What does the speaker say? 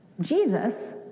Jesus